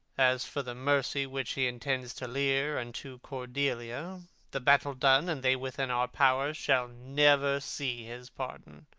as for the mercy which he intends to lear and to cordelia the battle done, and they within our power, shall never see his pardon